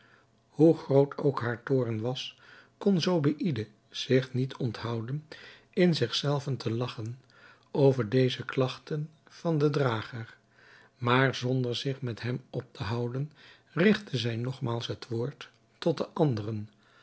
hoe groot ook haar toorn was kon zobeïde zich niet onthouden in zich zelven te lagchen over deze klagten van den drager maar zonder zich met hem op te houden rigtte zij nogmaals het woord tot de anderen